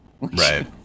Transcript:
Right